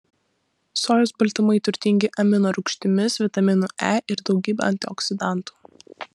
sojos baltymai turtingi aminorūgštimis vitaminu e ir daugybe antioksidantų